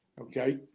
Okay